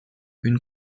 une